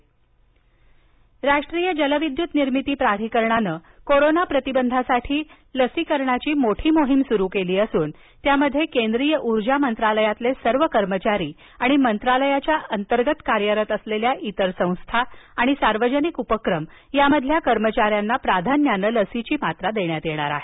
N H P C राष्ट्रीय जलविद्युत निर्मिती प्राधिकरणाने कोरोना प्रतिबंधासाठी लसीकरणाची मोठी मोहीम सुरू केली असून त्यामध्ये केंद्रीय ऊर्जा मंत्रालयातील सर्व कर्मचारी आणि मंत्रालयाच्या अतर्गत कार्यरत असलेल्या इतर संस्था आणि सार्वजनिक उपक्रम यामधील कर्मचाऱ्यांना प्राधान्यानं लसीची मात्रा देण्यात येणार आहे